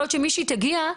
יכול להיות שמישהי תגיע,